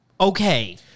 Okay